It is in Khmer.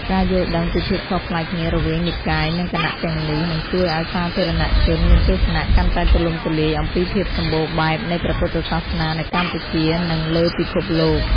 ការយល់ដឹងពីភាពខុសប្លែកគ្នារវាងនិកាយ និងគណៈទាំងនេះ នឹងជួយឱ្យសាធារណជនមានទស្សនៈកាន់តែទូលំទូលាយអំពីភាពសម្បូរបែបនៃព្រះពុទ្ធសាសនានៅកម្ពុជា និងលើពិភពលោក។